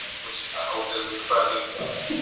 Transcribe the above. which i hope doesn't surprise anybody.